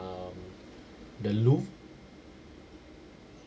the loop